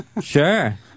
Sure